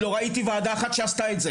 לא ראיתי ועדה אחת שעשתה את זה